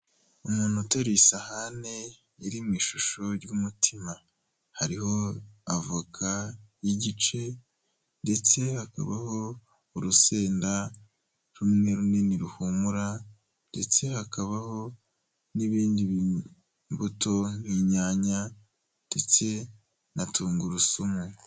Umuntu uterura isahani iri mu ishusho y'umutima hariho avoka y'igice ndetse hakabaho urusenda rumwe runini ruhumura ndetse hakabaho n'ibindi bintu imbuto nk'inyanya ndetse na tungurusumu.